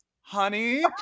honey